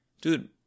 dude